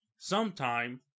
sometime